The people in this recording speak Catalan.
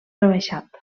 rebaixat